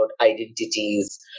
identities